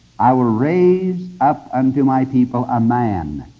i will raise up unto my people a man,